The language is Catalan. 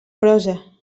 prosa